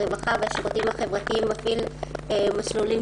הרווחה והשירותים החברתיים מפעיל מסלולים